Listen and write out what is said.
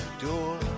door